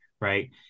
Right